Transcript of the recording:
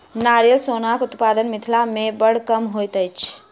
नारियल सोनक उत्पादन मिथिला मे बड़ कम होइत अछि